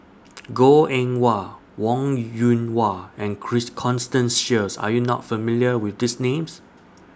Goh Eng Wah Wong Yoon Wah and Christ Constance Sheares Are YOU not familiar with These Names